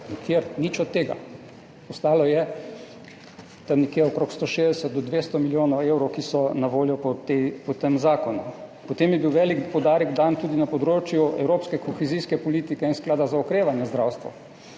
nič od tega. Ostalo je tam nekje okrog 160 do 200 milijonov evrov, ki so na voljo po tem zakonu. Potem je bil dan tudi velik poudarek na področje evropske kohezijske politike in sklada za okrevanje zdravstva.